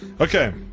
Okay